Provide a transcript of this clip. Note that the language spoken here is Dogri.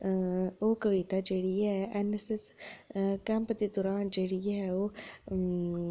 ते ओह् कविता जेह्ड़ी ऐ ऐन एस एस कैंप दे दौरान जेह्ड़ी ऐ ओह्